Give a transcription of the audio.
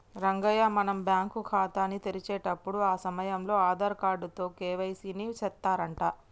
రంగయ్య మనం బ్యాంకు ఖాతాని తెరిచేటప్పుడు ఆ సమయంలో ఆధార్ కార్డు తో కే.వై.సి ని సెత్తారంట